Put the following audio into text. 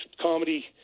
comedy